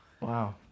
Wow